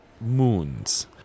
moons